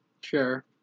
Sure